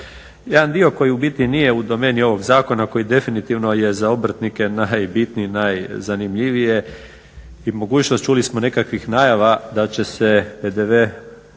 Jedan dio koji u biti nije u domeni ovog zakona koji definitivno je za obrtnike najbitniji, najzanimljivije i mogućnost čuli smo nekakvih najava da će se PDV